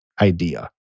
idea